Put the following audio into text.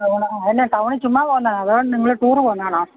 അതുകൊണ്ടാണ് ആ അതെന്നാ ടൌണില് ചുമ്മാ പോകുന്നതാണോ അതോ നിങ്ങള് ടൂര് പോകുന്നതാണോ